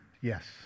Yes